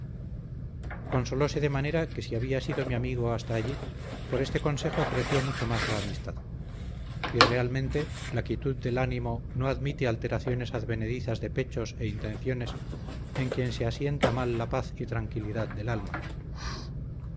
hicisteis consolose de manera que si había sido mi amigo hasta allí por este consejo creció mucho más la amistad y realmente la quietud del ánimo no admite alteraciones advenedizas de pechos e intenciones en quien se asienta mal la paz y tranquilidad del alma